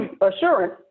assurance